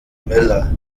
miller